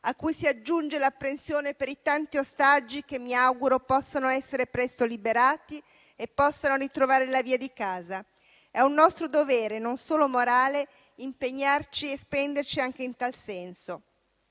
a cui si aggiunge l'apprensione per i tanti ostaggi che mi auguro possano essere presto liberati e possano ritrovare la via di casa. È un nostro dovere, non solo morale, impegnarci e spenderci anche in tal senso.